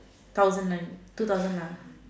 thousand nine two thousand lah